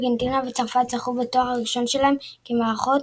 ארגנטינה וצרפת זכו בתואר הראשון שלהן כמארחות